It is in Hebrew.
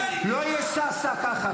לא יהיה "סע, סע" ככה.